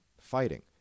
fighting